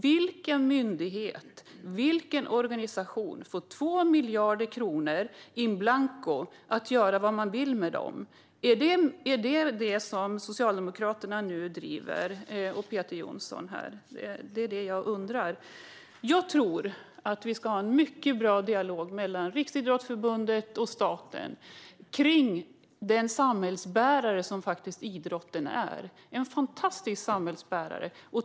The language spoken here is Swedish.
Vilken myndighet eller organisation får 2 miljarder kronor in blanco att göra vad den vill med? Är det vad Socialdemokraterna och Peter Johnsson nu driver på för? Det undrar jag. Det ska finnas en mycket bra dialog mellan Riksidrottsförbundet och staten om den samhällsbärare som idrotten faktiskt är. Den är en fantastisk samhällsbärare.